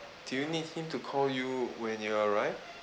do you need him to call you when he arrive